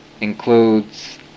includes